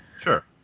sure